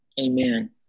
Amen